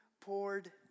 poured